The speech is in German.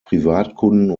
privatkunden